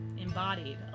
embodied